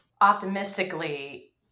optimistically